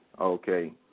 Okay